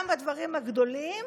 גם בדברים הגדולים